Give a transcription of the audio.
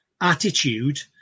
attitude